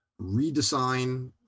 redesign